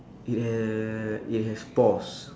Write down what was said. it ha~ it has paws